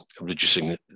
reducing